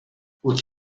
would